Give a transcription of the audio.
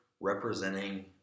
representing